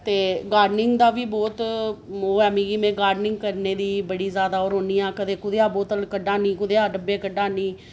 ते गार्डनिंग दा बी बहुत उ'ऐ मिगी में गर्डनिंग करने दी बड़ी जैदा ओह् रौंह्न्नी आं कदें कुतेआ एह् बोतल कड्ढा नी कुतेआ डब्बे कड्ढा नीं